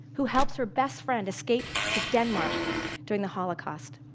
who helps her best friend escape to denmark during the holocaust?